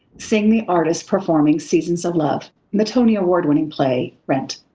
sing the artists performing seasons of love in the tony award winning play rent,